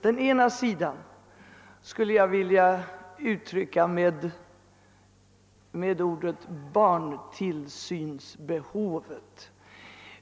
Den ena sidan skulle jag vilja beskriva med ordet »barntillsynsbehovet».